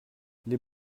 les